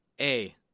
A-